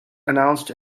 announced